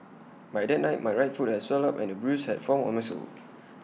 by that night my right foot had swelled up and A bruise had formed on my sole